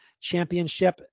Championship